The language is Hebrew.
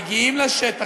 מגיעים לשטח,